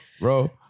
Bro